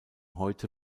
heute